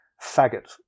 Faggot